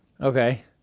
Okay